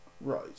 Right